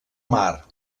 mar